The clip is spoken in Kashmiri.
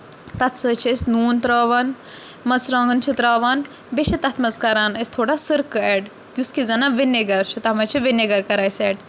تَتھ سۭتۍ چھِ أسۍ نوٗن تراوان مژٕرٛوانٛگَن چھِ ترٛاوان بیٚیہِ چھِ تَتھ منٛز کَران أسۍ تھوڑا سٔرکہٕ ایڈ یُس کہِ زَنان وِنیگَر چھُ تَتھ منٛز چھِ وِنیگَر کَران أسۍ ایڈ